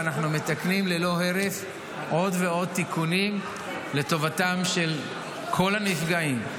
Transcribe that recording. ואנחנו מתקנים ללא הרף עוד ועוד תיקונים לטובתם של כל הנפגעים,